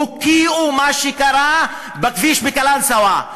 הוקענו את מה שקרה בכביש בקלנסואה.